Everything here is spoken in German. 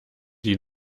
die